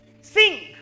sing